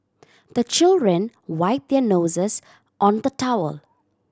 the children wipe their noses on the towel